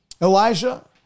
Elijah